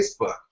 Facebook